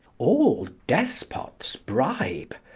all despots bribe.